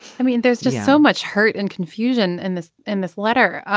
i mean there's just so much hurt and confusion in this. in this letter.